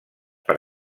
per